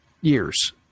years